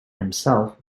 himself